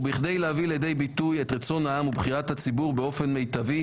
ובכדי להביא לידי ביטוי את רצון העם ובחירת הציבור באופן מיטבי,